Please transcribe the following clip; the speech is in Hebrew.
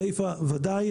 חיפה בוודאי,